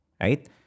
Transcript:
Right